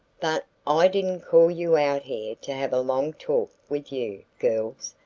but i didn't call you out here to have a long talk with you, girls.